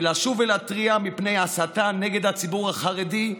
ולשוב ולהתריע מפני הסתה נגד הציבור החרדי,